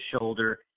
shoulder